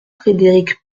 frédéric